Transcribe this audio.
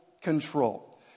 control